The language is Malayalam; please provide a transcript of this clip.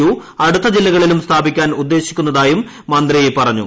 യു അടുത്ത ജില്ലകളിലും സ്ഥാപിക്കാൻ ഉദ്ദേശിക്കുന്നതായും മന്ത്രി പറഞ്ഞു